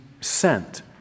sent